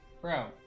Bro